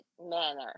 manner